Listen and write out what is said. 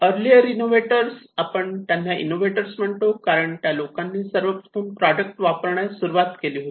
earlier innovators आपण त्यांना innovators म्हणतो कारण त्या लोकांनी सर्वप्रथम प्रॉडक्ट वापरण्यास सुरुवात केली होती